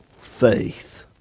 faith